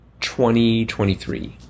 2023